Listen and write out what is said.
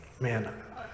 man